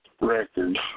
records